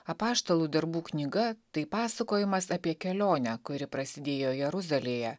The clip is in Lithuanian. apaštalų darbų knyga tai pasakojimas apie kelionę kuri prasidėjo jeruzalėje